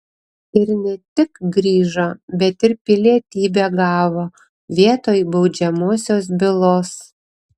ir ne tik grįžo bet ir pilietybę gavo vietoj baudžiamosios bylos